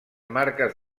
marques